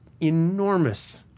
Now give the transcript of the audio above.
enormous